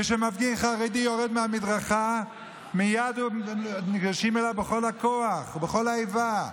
כשמפגין חרדי יורד מהמדרכה מייד ניגשים אליו בכל הכוח ובכל האיבה.